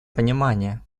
понимание